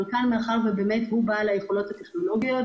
אבל מאחר שהוא בעל היכולות הטכנולוגיות,